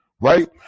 right